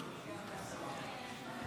מכובדיי השרים,